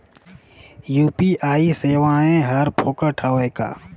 UPI सेवाएं हर फोकट हवय का?